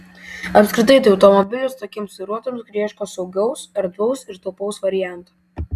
apskritai tai automobilis tokiems vairuotojams kurie ieško saugaus erdvaus ir taupaus varianto